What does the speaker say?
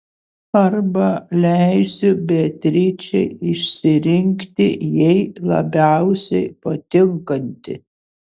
arba leisiu beatričei išsirinkti jai labiausiai patinkantį